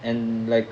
and like